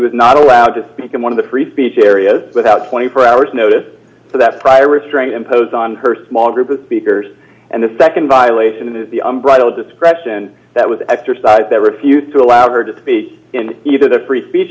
was not allowed to speak in one of the free speech areas without twenty four hours notice that prior restraint imposed on her small group of speakers and the nd violation is the unbridled discretion that was exercised that refused to allow her to speak in either the free speech